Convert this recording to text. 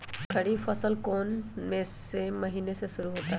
खरीफ फसल कौन में से महीने से शुरू होता है?